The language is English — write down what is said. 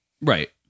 Right